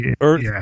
earth